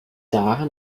daran